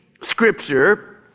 scripture